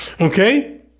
Okay